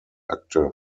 akte